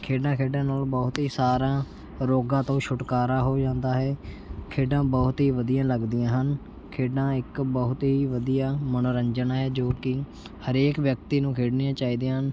ਖੇਡਾਂ ਖੇਡਣ ਨਾਲ਼ ਬਹੁਤ ਹੀ ਸਾਰਾ ਰੋਗਾਂ ਤੋਂ ਛੁਟਕਾਰਾ ਹੋ ਜਾਂਦਾ ਹੈ ਖੇਡਾਂ ਬਹੁਤ ਹੀ ਵਧੀਆ ਲੱਗਦੀਆਂ ਹਨ ਖੇਡਾਂ ਇੱਕ ਬਹੁਤ ਹੀ ਵਧੀਆ ਮਨੋਰੰਜਨ ਹੈ ਜੋ ਕਿ ਹਰੇਕ ਵਿਅਕਤੀ ਨੂੰ ਖੇਡਣੀਆਂ ਚਾਹੀਦੀਆਂ ਹਨ